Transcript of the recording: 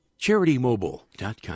CharityMobile.com